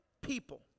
people